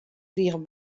krigen